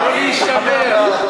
הוא אמר: